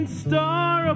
star